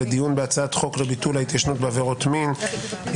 לדיון בהצעת חוק לביטול ההתיישנות בעבירות מין,